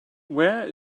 where